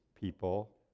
people